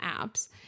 apps